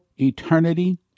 eternity